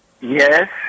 Yes